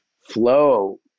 flow